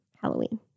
halloween